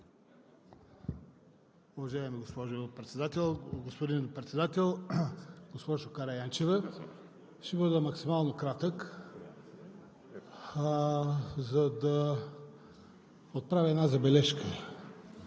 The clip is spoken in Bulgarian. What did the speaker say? Уважаеми госпожо Председател, господин Председател! Госпожо Караянчева, ще бъда максимално кратък, за да отправя една забележка.